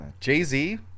Jay-Z